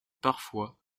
parfois